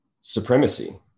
supremacy